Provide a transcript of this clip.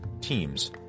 teams